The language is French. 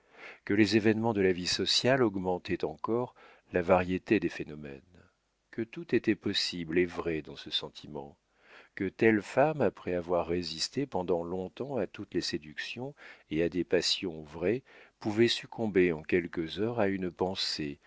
que les événements de la vie sociale augmentaient encore la variété des phénomènes que tout était possible et vrai dans ce sentiment que telle femme après avoir résisté pendant long-temps à toutes les séductions et à des passions vraies pouvait succomber en quelques heures à une pensée